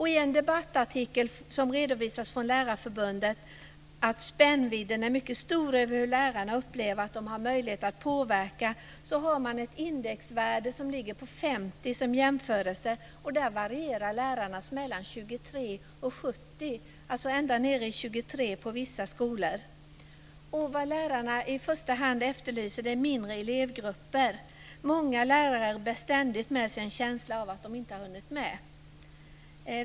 I en debattartikel redovisas från Lärarförbundet att spännvidden är mycket stor när det gäller hur lärarna upplever att de har möjlighet att påverka. Man har ett indexvärde på 50 som jämförelse. Där varierar det mellan 23 och 70. Det är alltså ända ned i 23 på vissa skolor. Det lärarna i första hand efterlyser är mindre elevgrupper. Många lärare bär ständigt med sig en känsla av att inte ha hunnit med.